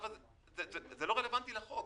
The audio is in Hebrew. זה לא רלוונטי לחוק.